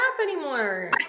anymore